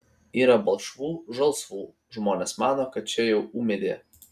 yra balkšvų žalsvų žmonės mano kad čia jau ūmėdė